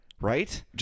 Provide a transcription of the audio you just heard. Right